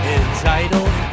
entitled